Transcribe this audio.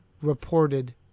reported